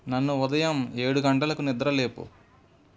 నన్ను ఉదయం ఏడు గంటలకు నిద్ర లేపు